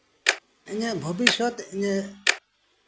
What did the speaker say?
ᱵᱷᱚᱵᱤᱥᱥᱚᱛ ᱤᱧᱟᱹᱜ